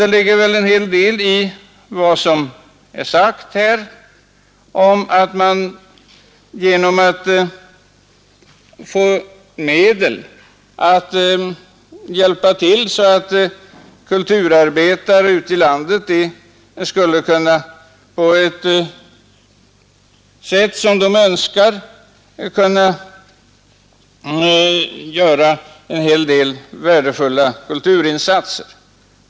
Det ligger väl en hel del i vad som är sagt, att det vore önskvärt att man kunde få medel att hjälpa kulturarbetarna ute i landet, så att också de finge bättre möjligheter att göra värdefulla kulturinsatser.